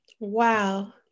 Wow